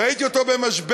ראיתי אותו במשבר,